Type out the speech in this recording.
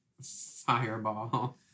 Fireball